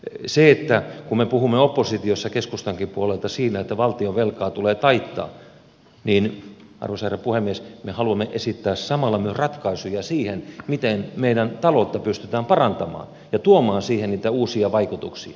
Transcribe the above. kun me puhumme oppositiossa keskustankin puolelta siitä että valtionvelkaa tulee taittaa arvoisa herra puhemies niin me haluamme esittää samalla myös ratkaisuja siihen miten meidän taloutta pystytään parantamaan ja tuomaan siihen niitä uusia vaikutuksia